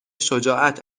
شجاعت